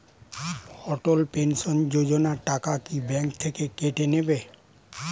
অটল pension Yojana টাকা কি bank থেকে কেটে নেবে?